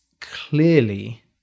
Clearly